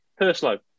Perslow